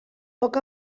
poc